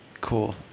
Cool